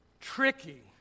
tricky